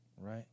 Right